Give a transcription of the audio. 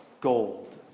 gold